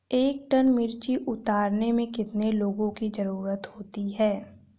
एक टन मिर्ची उतारने में कितने लोगों की ज़रुरत होती है?